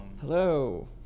Hello